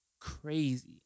crazy